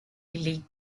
league